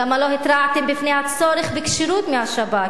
למה לא התרעתם בפני הצורך בכשירות מהשב"כ?